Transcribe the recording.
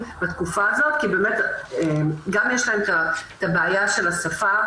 בתקופה הזאת כי באמת גם יש להם את הבעיה של השפה,